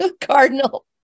cardinal